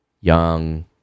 young